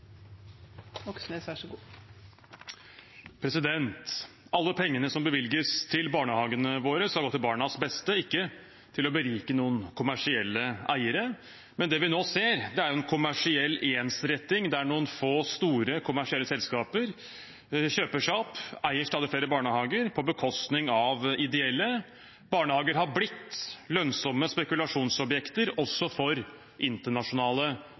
Alle pengene som bevilges til barnehagene våre, skal gå til barnas beste, ikke til å berike noen kommersielle eiere. Men det vi nå ser, er en kommersiell ensretting, der noen få store kommersielle selskaper kjøper seg opp og eier stadig flere barnehager, på bekostning av ideelle. Barnehager har blitt lønnsomme spekulasjonsobjekter, også for internasjonale